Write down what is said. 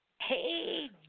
Hey